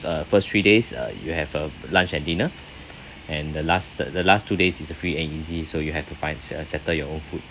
uh first three days uh you have a lunch and dinner and the last the last two days is a free and easy so you have to find uh settle your own food